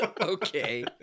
Okay